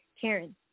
Karen